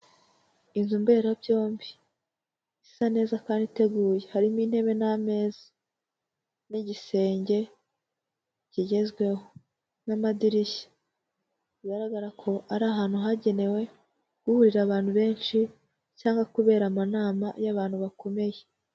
Inzu mberabyombi isa neza kandi iteguye. Harimo intebe n'ameza n'igisenge kigezweho n'amadirishya. Bigaragara ko ari ahantu hagenewe guhurira abantu benshi cyangwa kubera amanama y'abantu bakomeye.